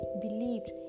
believed